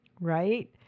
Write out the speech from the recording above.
right